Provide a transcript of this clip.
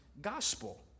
gospel